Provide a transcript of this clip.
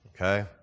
Okay